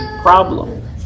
problem